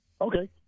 Okay